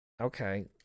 okay